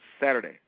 Saturday